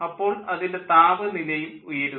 അപ്പോൾ അതിൻ്റെ താപനിലയും ഉയരുന്നു